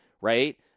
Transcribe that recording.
right